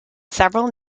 several